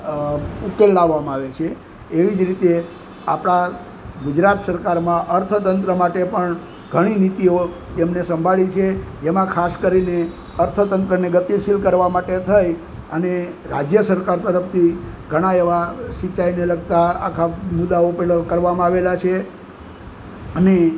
ઉકેલ લાવવામાં આવે છે એવી જ રીતે આપણાં ગુજરાત સરકારમાં અર્થતંત્ર માટે પણ ઘણી નીતિઓ તેમણે સંભાળી છે જેમાં ખાસ કરીને અર્થતંત્રને ગતિશીલ કરવા માટે થઈ અને રાજ્ય સરકાર તરફથી ઘણા એવા સિંચાઈને લગતા આખા મુદ્દાઓ પેલા કરવામાં આવેલા છે અને